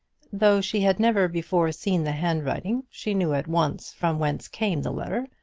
though she had never before seen the handwriting, she knew at once from whence came the letter,